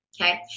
okay